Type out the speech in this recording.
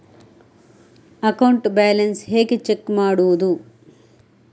Account balance ಹೇಗೆ check ಮಾಡುವುದು?